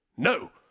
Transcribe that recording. No